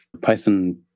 Python